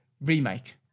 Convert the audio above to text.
remake